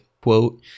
quote